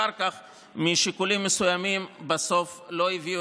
ואחר כך משיקולים מסוימים בסוף לא הביאו